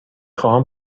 خواهم